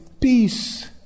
peace